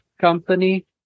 company